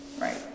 right